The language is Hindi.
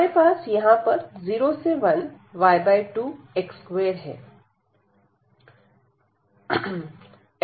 हमारे पास यहां पर 0 से 1 y 2 x 2 है